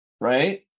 right